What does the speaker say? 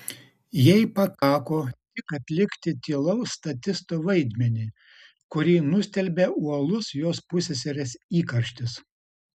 jai pakako tik atlikti tylaus statisto vaidmenį kurį nustelbė uolus jos pusseserės įkarštis